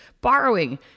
borrowing